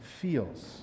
feels